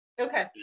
okay